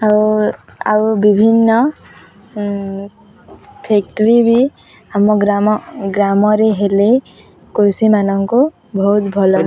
ଆଉ ଆଉ ବିଭିନ୍ନ ଫ୍ୟାକ୍ଟରୀ ବି ଆମ ଗ୍ରାମ ଗ୍ରାମରେ ହେଲେ କୃଷିମାନଙ୍କୁ ବହୁତ ଭଲ